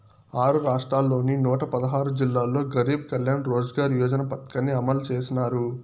ఆరు రాష్ట్రాల్లోని నూట పదహారు జిల్లాల్లో గరీబ్ కళ్యాణ్ రోజ్గార్ యోజన పథకాన్ని అమలు చేసినారు